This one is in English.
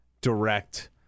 direct